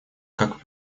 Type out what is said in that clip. как